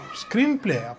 screenplay